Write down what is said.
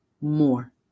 more